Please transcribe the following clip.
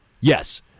Yes